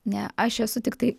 ne aš esu tiktai